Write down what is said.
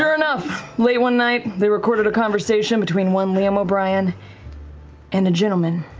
enough, late one night, they recorded a conversation between one liam o'brien and a gentleman,